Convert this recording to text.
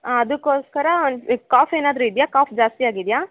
ಹಾಂ ಅದಕ್ಕೋಸ್ಕರ ಒಂದು ಕಾಫ್ ಏನಾದರೂ ಇದೆಯಾ ಕಾಫ್ ಜಾಸ್ತಿ ಆಗಿದೆಯಾ